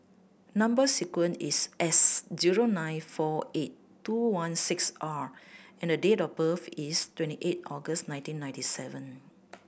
number sequence is S zero nine four eight two one six R and date of birth is twenty eight August nineteen ninety seven